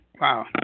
Wow